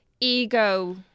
ego